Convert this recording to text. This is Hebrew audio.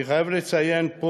אני חייב לציין פה